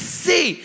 see